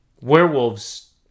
werewolves